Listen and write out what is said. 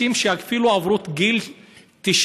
אפילו אנשים שעברו את גיל 90,